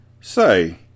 Say